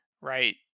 right